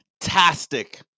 Fantastic